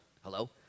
hello